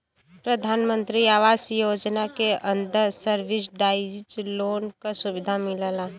प्रधानमंत्री आवास योजना के अंदर सब्सिडाइज लोन क सुविधा मिलला